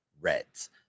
Reds